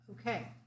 Okay